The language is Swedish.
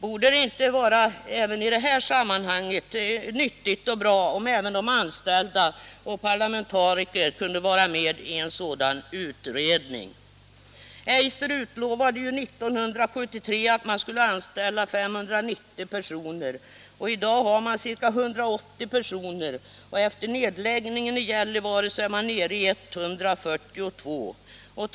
Skulle det inte även i det här sammanhanget vara nyttigt och bra om också de anställda och parlamentariker kunde vara med i en sådan utredning? Eiser utlovade ju 1973 att man skulle anställa 590 personer i Norrland. I dag sysselsätter man ca 180 personer, och efter nedläggningen i Gällivare är man nere i 142 anställda.